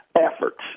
efforts